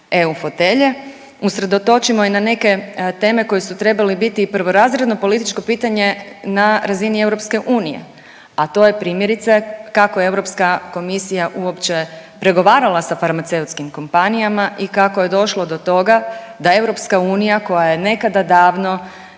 EU fotelje, usredotočimo i na neke teme koje su trebale biti i prvorazredno političko pitanje na razini EU, a to je primjerice kako je Europska komisija uopće pregovarala sa farmaceutskim kompanijama i kako je došlo do toga da EU koja je nekada davno